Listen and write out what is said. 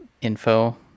info